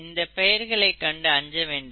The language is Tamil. இந்தப் பெயர்களை கண்டு அஞ்ச வேண்டாம்